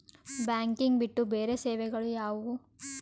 Banking ಬಿಟ್ಟು ಬೇರೆ ಸೇವೆಗಳು ಯಾವುವು?